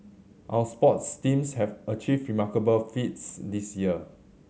our sports teams have achieved remarkable feats this year